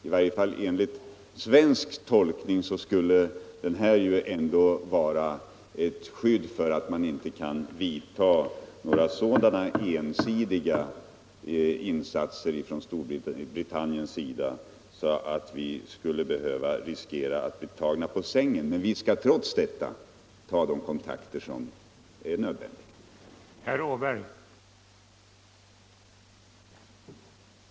I varje fall enligt svensk tolkning skulle detta vara ett skydd mot att Storbritannien ensidigt vidtar sådana åtgärder att vi riskerar att bli tagna på sängen. Men vi skall trots detta ta de kontakter som är nödvändiga.